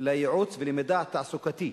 לייעוץ ומידע תעסוקתי.